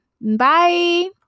Bye